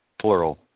plural